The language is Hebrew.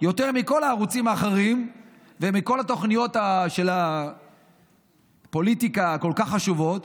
יותר מכל הערוצים האחרים ומכל התוכניות של הפוליטיקה הכל-כך חשובות,